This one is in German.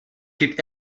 gibt